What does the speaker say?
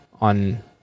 on